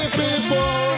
people